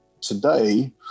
today